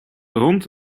hond